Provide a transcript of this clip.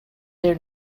their